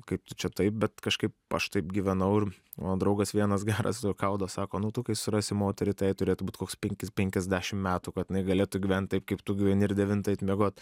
kaip tu čia taip bet kažkaip aš taip gyvenau ir mano draugas vienas geras juokaudavo sako nu tu kai surasi moterį tai jai turėtų būti koks penkis penkiasdešim metų kad jinai galėtų gyvent taip kaip tu gyveni ir devintą eit miegot